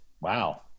wow